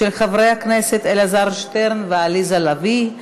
של חברי הכנסת אלעזר שטרן ועליזה לביא.